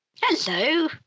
Hello